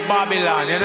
Babylon